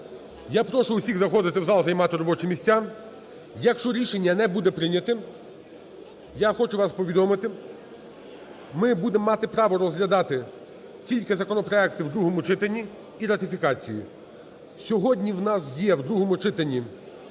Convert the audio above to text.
Я прошу всіх заходити в зал займати робочі місця. Якщо рішення не буде прийняте, я хочу вас повідомити, ми будемо мати право розглядати тільки законопроекти в другому читанні і ратифікації. Сьогодні в нас є в другому читанні